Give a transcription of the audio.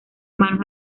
manos